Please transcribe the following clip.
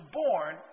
born